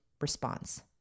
response